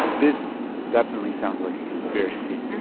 this definitely sounds like a conspiracy,